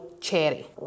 Cherry